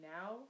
Now